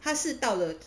他是到了